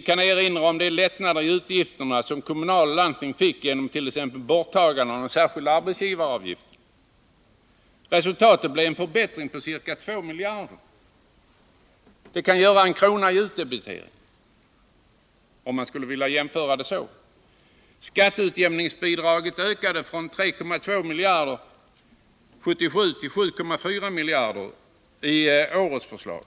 kan erinra om de lättnader i utgifterna som kommuner och landsting fick exempelvis genom borttagandet av den särskilda arbetsgivaravgiften. Resultatet blev en förbättring på ca 2 miljarder. Det skulle kunna motsvaras av 1 kr. i utdebitering, om man vill göra den jämförelsen. Skatteutjämningsbidraget ökade från 3,2 miljarder år 1977 till 7,4 miljarder i årets förslag.